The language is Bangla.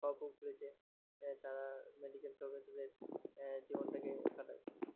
করেছে তারা মেডিকেল জীবনটাকে কাটায়